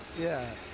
yeah.